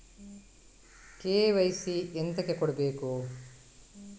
KYC ಎಂತಕೆ ಕೊಡ್ಬೇಕು?